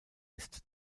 ist